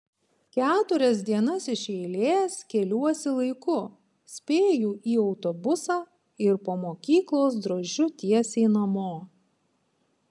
keturias dienas iš eilės keliuosi laiku spėju į autobusą ir po mokyklos drožiu tiesiai namo